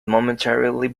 momentarily